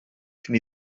cyn